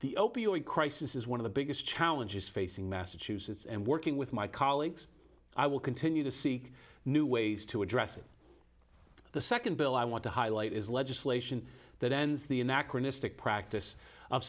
the opioid crisis is one of the biggest challenges facing massachusetts and working with my colleagues i will continue to seek new ways to address it the second bill i want to highlight is legislation that ends the anachronistic practice of